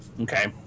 Okay